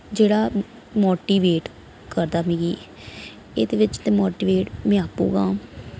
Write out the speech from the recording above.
जेह्ड़ा मोटीवेट करदा मिगी एह्दे बिच ते मोटीवेट में आपूं आं